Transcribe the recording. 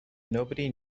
nobody